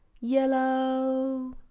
yellow